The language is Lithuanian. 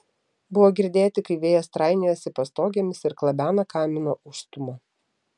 buvo girdėti kaip vėjas trainiojasi pastogėmis ir klabena kamino užstūmą